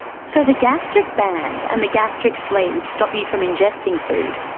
so the gastric band and the gastric sleeve stop you from ingesting food.